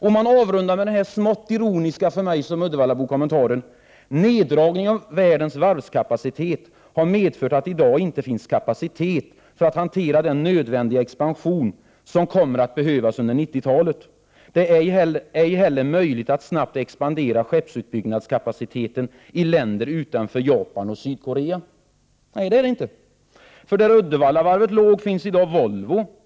Och man avrundar med följande för mig som är uddevallabo smått ironiska kommentar: ”Neddragningen av världens varvskapacitet har medfört att det i dag inte finns kapacitet för att hantera den nödvändiga expansion som kommer att behövas under 90-talet. Det är ej heller möjligt att snabbt expandera skeppsbyggnadskapaciteten i länder utanför Japan och Sydkorea.” Nej, det är det inte, för där Uddevallavarvet låg finns i dag Volvo.